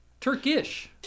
Turkish